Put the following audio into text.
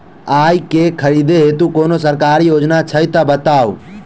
आइ केँ खरीदै हेतु कोनो सरकारी योजना छै तऽ बताउ?